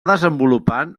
desenvolupant